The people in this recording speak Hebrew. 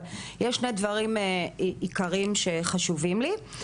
אבל יש לי שני דברים עיקריים שחשובים לי.